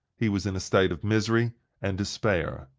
he was in a state of misery and despair.